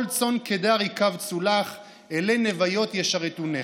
"כל צאן קדר ייקבצו לך אילי נביות ישרתונך".